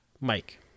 Mike